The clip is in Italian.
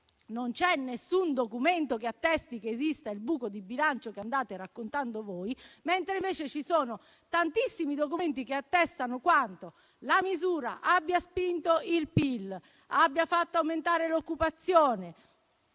non c'è nessun documento che attesti che esiste il buco di bilancio che andate raccontando voi, mentre ci sono tantissimi documenti che attestano quanto la misura abbia spinto il PIL, abbia fatto aumentare l'occupazione